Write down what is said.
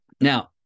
Now